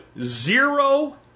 zero